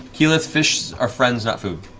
keyleth fish are friends, not food.